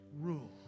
rule